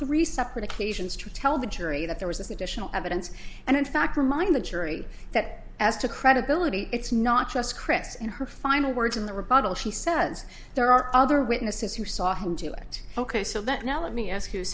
three separate occasions to tell the jury that there was this additional evidence and in fact remind the jury that as to credibility it's not just chris and her final words in the republish he says there are other witnesses who saw him do it ok so that now let me ask you